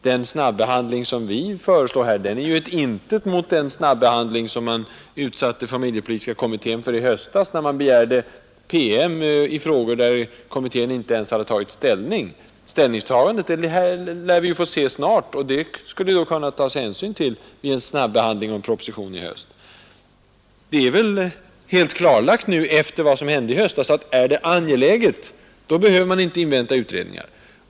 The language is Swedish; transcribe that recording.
Den snabbehandling vi här föreslår är ett intet mot den snabbehandling som man utsatte familjepolitiska kommittén för i höstas, när man begärde PM i frågor som kommittén inte ens hade tagit ställning till. Kommitténs ställningstagande lär vi nu snart få se, och man skulle då kunna ta hänsyn till det vid utarbetande av en proposition till höstriksdagen. Det är nu — efter vad som hände i höstas — helt klarlagt att gäller det något angeläget, så behöver man inte invänta utredningar.